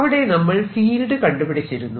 അവിടെ നമ്മൾ ഫീൽഡ് കണ്ടുപിടിച്ചിരുന്നു